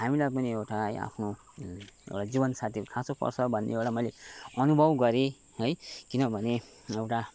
हामीलाई पनि एउटा है आफ्नो जीवन साथीको खाँचो पर्छ भन्ने एउटा मैले अनुभव गरेँ है किनभने एउटा